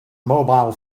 mobile